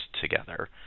together